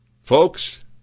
Folks